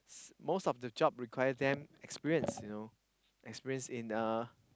most of the job require them experience you know experience in uh